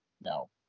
No